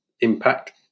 impact